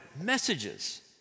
messages